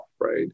right